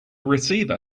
receiver